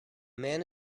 man